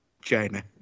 China